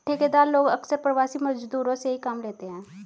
ठेकेदार लोग अक्सर प्रवासी मजदूरों से ही काम लेते हैं